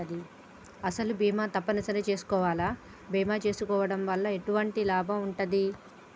అసలు బీమా తప్పని సరి చేసుకోవాలా? బీమా చేసుకోవడం వల్ల ఎటువంటి లాభం ఉంటది?